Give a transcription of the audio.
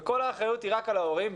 וכל האחריות היא רק על ההורים,